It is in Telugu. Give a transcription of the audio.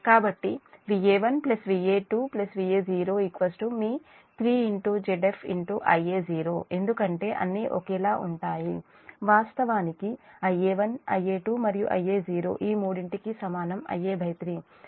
కాబట్టి Va1 Va2 Va0 3Zf Ia0 ఎందుకంటే అన్ని ఒకేలా ఉంటాయి వాస్తవానికి Ia1 Ia2 మరియు Ia0 ఈ మూడింటికీ సమానం Ia3